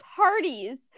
parties